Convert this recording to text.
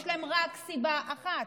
יש להן רק סיבה אחת,